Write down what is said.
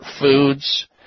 foods